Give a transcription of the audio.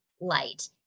light